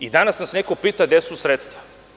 I danas nas neko pita – gde su sredstva?